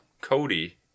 Cody